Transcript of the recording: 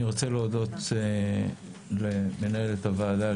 אני רוצה להודות ללאה מנהלת הוועדה